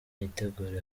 mwitegure